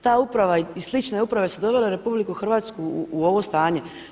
Ta uprava i slične uprave su dovele RH u ovo stanje.